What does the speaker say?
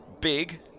Big